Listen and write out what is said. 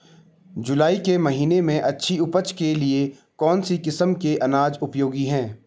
जुलाई के महीने में अच्छी उपज के लिए कौन सी किस्म के अनाज उपयोगी हैं?